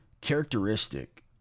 Characteristic